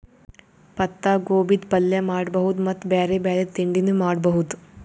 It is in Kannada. ಪತ್ತಾಗೋಬಿದ್ ಪಲ್ಯ ಮಾಡಬಹುದ್ ಮತ್ತ್ ಬ್ಯಾರೆ ಬ್ಯಾರೆ ತಿಂಡಿನೂ ಮಾಡಬಹುದ್